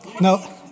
No